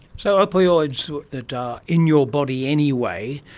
so, opioids that are in your body anyway,